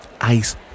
ice